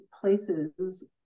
places